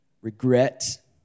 Regret